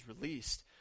released